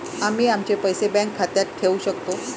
आम्ही आमचे पैसे बँक खात्यात ठेवू शकतो